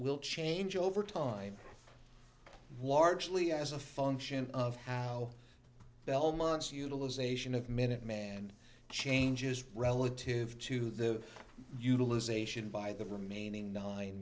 will change over time largely as a function of how belmont's utilization of minuteman changes relative to the utilization by the remaining nine